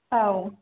औ